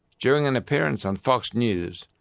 during an appearance on fox news,